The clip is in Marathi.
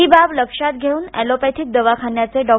ही बाब लक्षात घेऊन एलोपॅथीक दवाखान्याचे डॉ